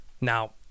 now